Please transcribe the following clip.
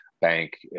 bank